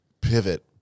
pivot